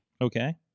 okay